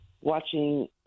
watching